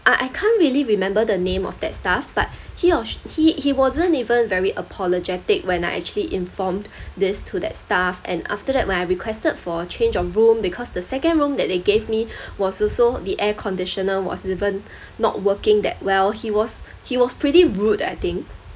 uh I can't really remember the name of that staff but he or she he he wasn't even very apologetic when I actually informed this to that staff and after that when I requested for a change of room because the second room that they gave me was also the air conditioner was even not working that well he was he was pretty rude I think